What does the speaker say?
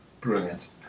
Brilliant